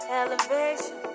elevation